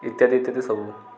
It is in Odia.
ଇତ୍ୟାଦି ଇତ୍ୟାଦି ସବୁ